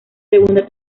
segunda